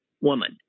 woman